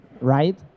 right